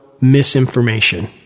misinformation